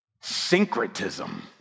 Syncretism